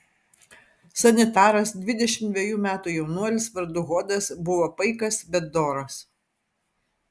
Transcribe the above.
sanitaras dvidešimt dvejų metų jaunuolis vardu hodas buvo paikas bet doras